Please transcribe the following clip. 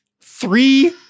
three